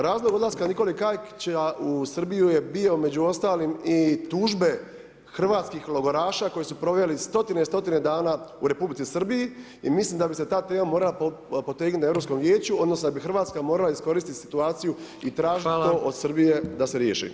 Razlog odlaska Nikole Kajkića u Srbiju je bio među ostalim, i tužbe hrvatskih logoraša koji su proveli 100-tine i 100-tine dana u Republici Srbiji i mislim da bi se ta tema morala potegnuti na Europskog vijeću odnosno da bi RH morala iskoristiti situaciju i [[Upadica: Hvala.]] tražiti to od Srbije da se riješi.